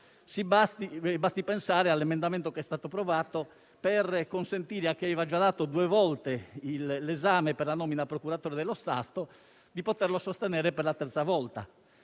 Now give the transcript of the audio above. basti pensare all'emendamento che è stato approvato per consentire a chi aveva già sostenuto due volte l'esame per la nomina a procuratore dello Stato di poterlo sostenere per la terza volta.